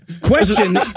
Question